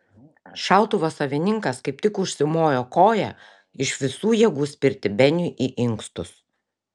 šautuvo savininkas kaip tik užsimojo koja iš visų jėgų spirti beniui į inkstus